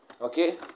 Okay